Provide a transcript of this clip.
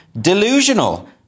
Delusional